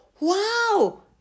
Wow